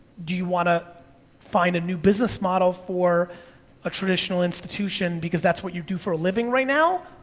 do you wanna find a new business model for a traditional institution because that's what you do for a living right now,